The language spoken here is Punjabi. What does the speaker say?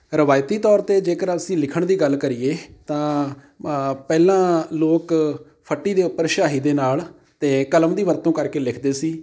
ਰਵਾਇਤੀ ਤੌਰ 'ਤੇ ਜੇਕਰ ਅਸੀਂ ਲਿਖਣ ਦੀ ਗੱਲ ਕਰੀਏ ਤਾਂ ਪਹਿਲਾਂ ਲੋਕ ਫੱਟੀ ਦੇ ਉੱਪਰ ਸਿਆਹੀ ਦੇ ਨਾਲ ਅਤੇ ਕਲਮ ਦੀ ਵਰਤੋਂ ਕਰਕੇ ਲਿਖਦੇ ਸੀ